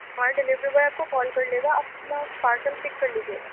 ہمارے delivery boy آپ کو کال کر لے گا آپ اپنا پارسل پک کر لیجیے گا